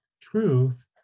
truth